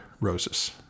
roses